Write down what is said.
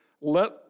let